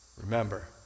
Remember